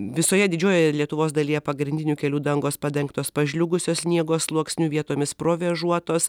visoje didžiojoje lietuvos dalyje pagrindinių kelių dangos padengtos pažliugusio sniego sluoksniu vietomis provėžuotos